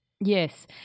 Yes